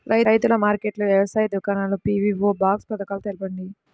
రైతుల మార్కెట్లు, వ్యవసాయ దుకాణాలు, పీ.వీ.ఓ బాక్స్ పథకాలు తెలుపండి?